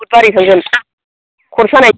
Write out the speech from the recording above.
बुधबारै थांगोन खर' सानाय